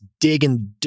digging